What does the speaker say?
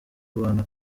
abantu